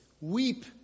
Weep